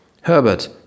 Herbert